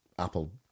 apple